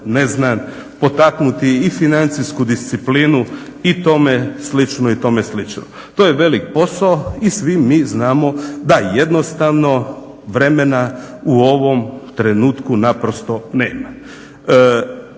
ne znam potaknuti i financijsku disciplinu i tome slično. To je velik posao i svi mi znamo da jednostavno vremena u ovom trenutku naprosto nema.